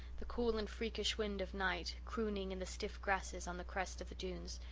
the cool and freakish wind of night crooning in the stiff grasses on the crest of the dunes,